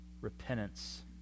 Repentance